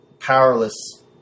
Powerless